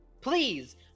please